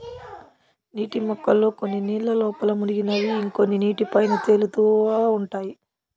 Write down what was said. నీటి మొక్కల్లో కొన్ని నీళ్ళ లోపల మునిగినవి ఇంకొన్ని నీటి పైన తేలుతా ఉంటాయి